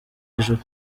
ijuru